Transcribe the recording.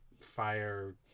fire